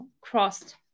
crossed